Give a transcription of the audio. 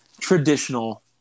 traditional